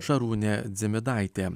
šarūnė dzimidaitė